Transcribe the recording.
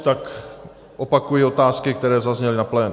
Tak opakuji otázky, které zazněly na plénu.